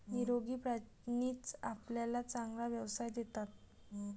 निरोगी प्राणीच आपल्याला चांगला व्यवसाय देतात